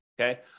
okay